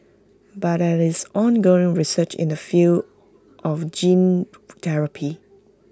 but there is ongoing research in the field of gene therapy